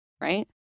right